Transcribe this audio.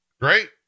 great